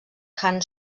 han